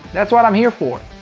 that's what i'm here for.